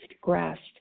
grasped